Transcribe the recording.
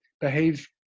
behave